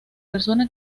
persona